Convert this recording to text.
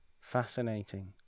Fascinating